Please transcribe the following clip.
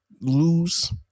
lose